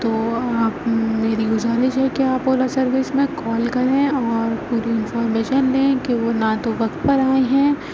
تو اب میری گزارش ہے کہ آپ اولا سروس میں کال کریں اور پوری انفارمیشن دیں کہ وہ نہ تو وقت پر آئے ہیں